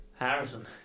Harrison